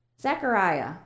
Zechariah